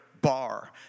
bar